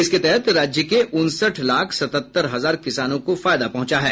इसके तहत राज्य के उनसठ लाख सतहत्तर हजार किसानों को फायदा पहुंचा है